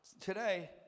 Today